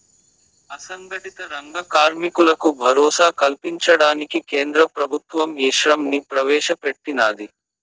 అసంగటిత రంగ కార్మికులకు భరోసా కల్పించడానికి కేంద్ర ప్రభుత్వం ఈశ్రమ్ ని ప్రవేశ పెట్టినాది